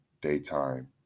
Daytime